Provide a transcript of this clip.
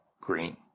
green